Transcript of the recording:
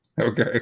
Okay